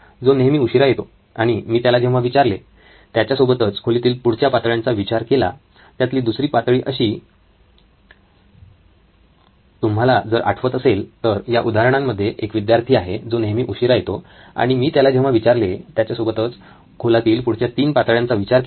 तुम्हाला जर आठवत असेल तर या उदाहरणांमध्ये एक विद्यार्थी आहे जो नेहमी उशिरा येतो आणि मी त्याला जेव्हा विचारले त्यासोबतच खोलातील पुढच्या तीन पातळ्यांचा विचार केला